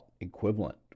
equivalent